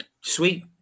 Sweet